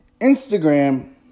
Instagram